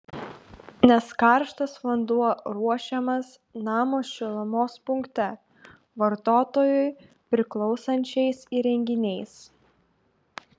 nes karštas vanduo ruošiamas namo šilumos punkte vartotojui priklausančiais įrenginiais